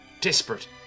Desperate